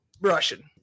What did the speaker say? Russian